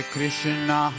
Krishna